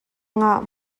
ngah